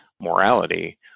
Morality